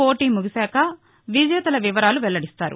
పోటీ ముగిశాక విజేతల వివరాలు వెల్లడిస్తారు